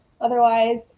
otherwise